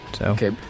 Okay